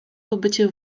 pobycie